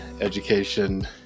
education